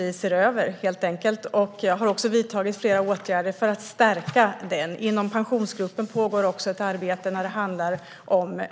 Vi ser över denna fråga, och jag har vidtagit flera åtgärder för att stärka dem. Inom Pensionsgruppen pågår ett arbete om